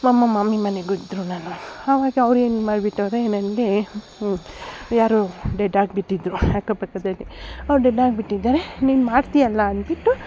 ಮಾಮ ಮಾಮಿ ಮನೆಗೂ ಇದ್ದರು ನಾನು ಆವಾಗ ಅವ್ರೇನು ಮಾಡ್ಬಿಟ್ಟವ್ರೆ ನನಗೆ ಯಾರೋ ಡೆಡ್ ಆಗ್ಬಿಟ್ಟಿದ್ರು ಅಕ್ಕಪಕ್ಕದಲ್ಲಿ ಅವ್ರು ಡೆಡ್ ಆಗಿಬಿಟ್ಟಿದ್ದಾರೆ ನೀನು ಮಾಡ್ತಿಯಲ್ಲ ಅನ್ಬಿಟ್ಟು